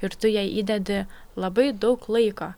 ir tu į ją įdedi labai daug laiko